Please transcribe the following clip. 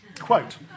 Quote